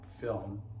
film